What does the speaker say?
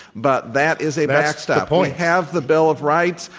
but that is a backstop. we have the bill of rights.